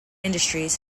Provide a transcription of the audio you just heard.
industries